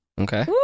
okay